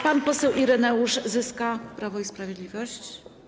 Pan poseł Ireneusz Zyska, Prawo i Sprawiedliwość.